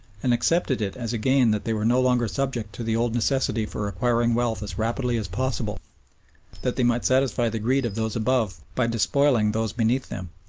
and accepted it as a gain that they were no longer subject to the old necessity for acquiring wealth as rapidly as possible that they might satisfy the greed of those above by despoiling those beneath them.